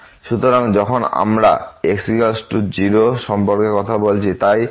সুতরাং যখন আমরাx 0 সম্পর্কে কথা বলছি তাই y অক্ষ